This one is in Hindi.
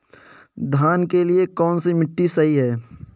धान के लिए कौन सी मिट्टी सही है?